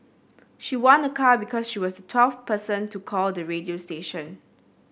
she won a car because she was twelfth person to call the radio station